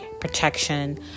protection